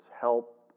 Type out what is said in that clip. help